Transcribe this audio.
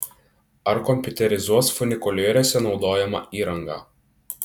ar kompiuterizuos funikulieriuose naudojamą įrangą